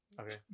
Okay